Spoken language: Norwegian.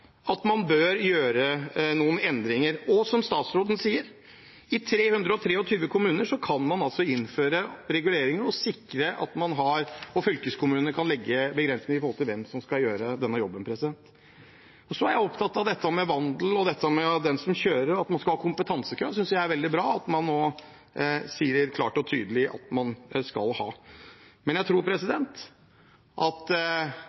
som man har der i dag. Det betyr kanskje at man bør gjøre noen endringer. Og som statsråden sier: I 323 kommuner kan man innføre reguleringer, og fylkeskommunene kan legge begrensninger med hensyn til hvem som skal gjøre denne jobben. Så er jeg opptatt av dette med vandel og at man skal ha kompetansekrav til den som kjører. Jeg synes det er veldig bra at man nå sier klart og tydelig at det skal man ha. I denne næringen har vi hatt utfordringer over lang tid. Jeg tror man skal